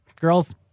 Girls